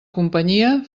companyia